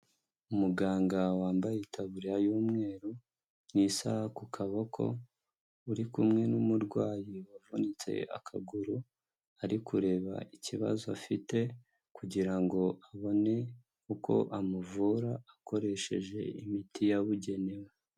Umuganga wambaye taburiya y'umweru n'isaha ku kaboko, uri kumwe n'umurwayi wavunitse akaguru, ari kureba ikibazo afite, kugira ngo abone uko amuvura akoresheje imiti yabugenewe.